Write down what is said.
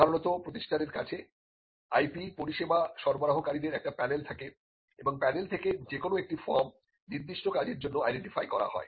সাধারণত প্রতিষ্ঠানের কাছে IP পরিষেবা সরবরাহকারীদের একটি প্যানেল থাকে এবং প্যানেল থেকে যে কোন একটি ফার্ম নির্দিষ্ট কাজের জন্য আইডেন্টিফাই করা হয়